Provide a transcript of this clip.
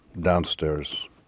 downstairs